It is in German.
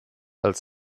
als